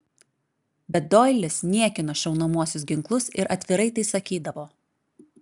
bet doilis niekino šaunamuosius ginklus ir atvirai tai sakydavo